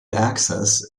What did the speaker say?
access